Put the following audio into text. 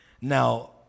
Now